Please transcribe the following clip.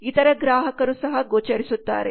ಇತರ ಗ್ರಾಹಕರು ಸಹ ಗೋಚರಿಸುತ್ತಾರೆ